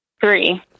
Three